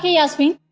yasmine?